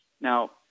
Now